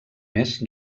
més